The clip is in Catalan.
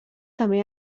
també